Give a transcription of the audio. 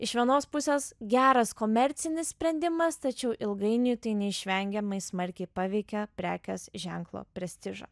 iš vienos pusės geras komercinis sprendimas tačiau ilgainiui tai neišvengiamai smarkiai paveikė prekės ženklo prestižą